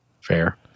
Fair